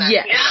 Yes